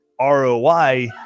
ROI